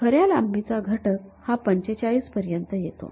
खऱ्या लांबीचा घटक हा ४५ पर्यंत येतो